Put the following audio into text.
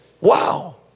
Wow